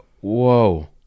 whoa